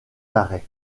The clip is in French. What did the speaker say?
d’arrêt